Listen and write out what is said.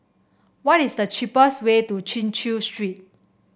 what is the cheapest way to Chin Chew Street